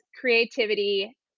creativity